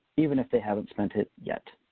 even if they haven't spent it yet.